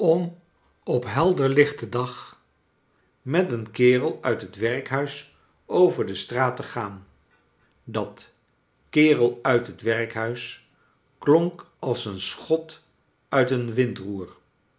op helder j lichten dag met een kerei uit het werkhuis over de straat te gaan dat kerel uit het werkhuis klonk als een schot uit een